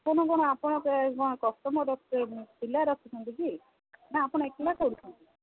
କ'ଣ କ'ଣ ଆପଣ କ'ଣ କଷ୍ଟମର ପିଲା ରଖୁଛନ୍ତି କି ନା ଆପଣ ଏକଲା ଖଲୁଛନ୍ତି